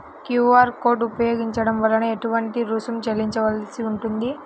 QR code ఉపయోగించటం వలన ఏటువంటి రుసుం చెల్లించవలసి ఉంటుంది?